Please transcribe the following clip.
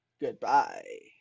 Goodbye